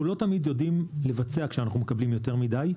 אנחנו לא תמיד יודעים לבצע כשאנחנו מקבלים יותר מדיי.